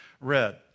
read